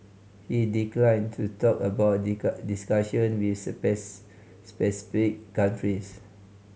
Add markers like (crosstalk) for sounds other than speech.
he declined to talk about (unintelligible) discussion with (unintelligible) specific countries